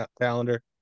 calendar